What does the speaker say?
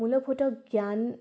মূল ফোতক জ্ঞান